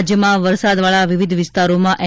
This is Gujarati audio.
રાજ્યમાં વરસાદવાળા વિવિધ વિસ્તારોમાં એન